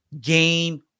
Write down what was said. Game